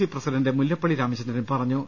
C president Mullappally Ramachandran പറഞ്ഞു